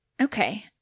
Okay